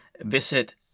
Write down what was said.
visit